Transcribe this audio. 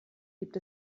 gibt